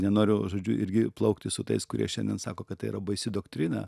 nenoriu žodžiu irgi plaukti su tais kurie šiandien sako kad tai yra baisi doktrina